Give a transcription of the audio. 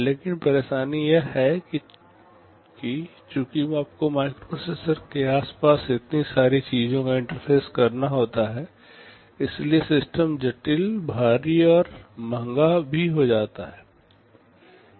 लेकिन परेशानी यह है कि चूंकि आपको माइक्रोप्रोसेसर के आसपास इतनी सारी चीजों को इंटरफेस करना होता है इसलिए सिस्टम जटिल भारी और महंगा भी हो जाता है